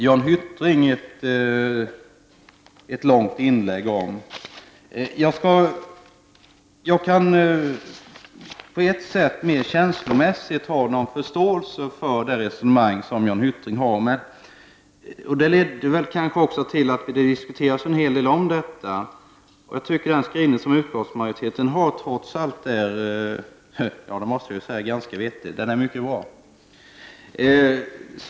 Jan Hyttring hade ett långt inlägg om nationalscensbegreppet. Jag kan på ett sätt, mer känslomässigt, hysa förståelse för Jan Hyttrings resonemang. Detta har väl också lett till en hel del diskussion, men jag tycker att utskottsmajoritetens skrivning trots allt är mycket bra.